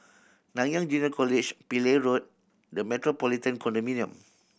Nanyang Junior College Pillai Road The Metropolitan Condominium